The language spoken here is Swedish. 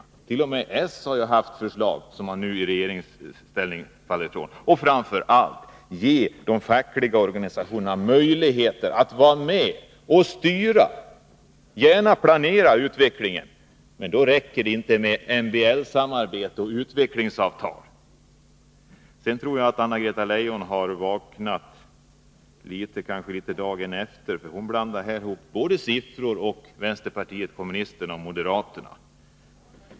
T. o. m. socialdemokraterna har haft förslag om detta, som man nu i regeringsställning gör avsteg ifrån. Och framför allt: Ge de fackliga organisationerna möjligheter att vara med och styra och planera utvecklingen. Men då räcker det inte med MBL-samarbete och utvecklingsavtal. Sedan tror jag att Anna-Greta Leijon kanske har vaknat upp litet grand dagen efter. Hon blandar här ihop både siffror med varandra och vpk med moderaterna.